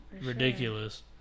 ridiculous